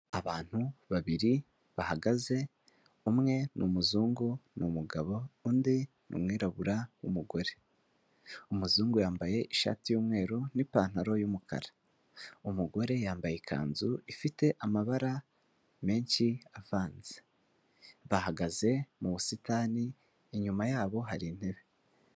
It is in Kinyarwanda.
Abantu babiri bahagaze, umwe ni umuzungu; ni umugabo, undi ni umwirabura w'umugore w'umuzungu yambaye ishati y'umweru n'ipantaro y'umukara, umugore yambaye ikanzu ifite amabara menshi avanze; bahagaze mu busitani inyuma yabo hari intebe.